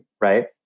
Right